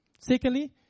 Secondly